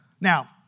Now